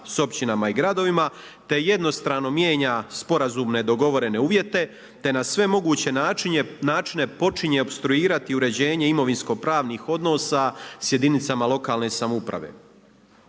sa općinama i gradovima, te jednostrano mijenja sporazumne dogovorene uvjete te na sve moguće načine počinje opstruirati uređenje imovinsko-pravnih odnosa s jedinicama lokalne samouprave.